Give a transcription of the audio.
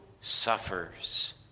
suffers